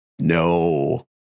No